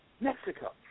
Mexico